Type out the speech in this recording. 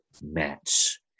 match